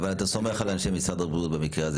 אבל אתה סומך על אנשי משרד הבריאות גם במקרה הזה.